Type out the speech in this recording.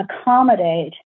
accommodate